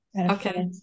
Okay